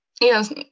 yes